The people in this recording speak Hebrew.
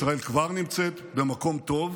ישראל כבר נמצאת במקום טוב,